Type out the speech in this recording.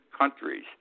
countries